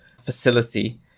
facility